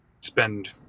spend